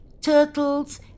turtles